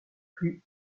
plus